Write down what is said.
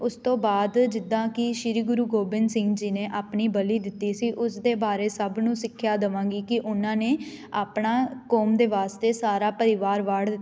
ਉਸ ਤੋਂ ਬਾਅਦ ਜਿੱਦਾਂ ਕਿ ਸ਼੍ਰੀ ਗੁਰੂ ਗੋਬਿੰਦ ਸਿੰਘ ਜੀ ਨੇ ਆਪਣੀ ਬਲੀ ਦਿੱਤੀ ਸੀ ਉਸ ਦੇ ਬਾਰੇ ਸਭ ਨੂੰ ਸਿੱਖਿਆ ਦੇਵਾਂਗੀ ਕਿ ਉਹਨਾਂ ਨੇ ਆਪਣਾ ਕੌਮ ਦੇ ਵਾਸਤੇ ਸਾਰਾ ਪਰਿਵਾਰ ਵਾਡ